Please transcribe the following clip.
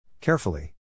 Carefully